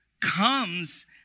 comes